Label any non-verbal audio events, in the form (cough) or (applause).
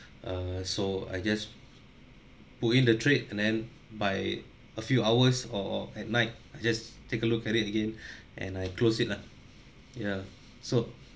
err so I just put in the trade and then by a few hours or at night I just take a look at it again (breath) and I closed it lah ya so